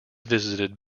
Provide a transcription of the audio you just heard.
visited